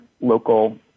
local